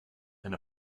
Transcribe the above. and